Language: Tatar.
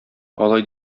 алай